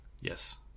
Yes